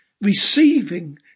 Receiving